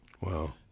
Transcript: Wow